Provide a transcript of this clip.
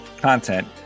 content